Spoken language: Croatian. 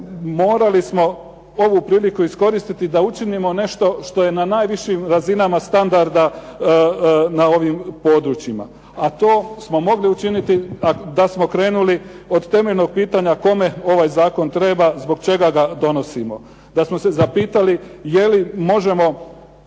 Morali smo ovu priliku iskoristiti da učinimo nešto što je na najvišim razinama standarda na ovim područjima, a to smo mogli učiniti da smo krenuli od temeljnog pitanja kome ovaj zakon treba, zbog čega ga donosimo, da smo se zapitali je li možemo